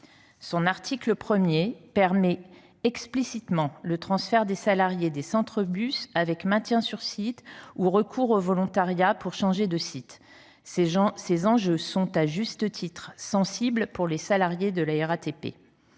Son article 1 tend explicitement à permettre le transfert des salariés des centres bus avec maintien sur site ou recours au volontariat pour changer de site. Ces enjeux sont, à juste titre, sensibles pour les salariés de la RATP.